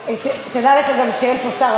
תדע לך גם שאין פה שר,